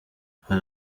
hari